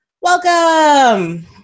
Welcome